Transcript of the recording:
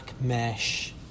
mesh